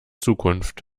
zukunft